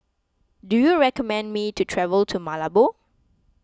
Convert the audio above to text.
do you recommend me to travel to Malabo